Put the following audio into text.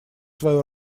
свою